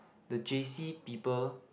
the j_c people